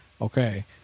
okay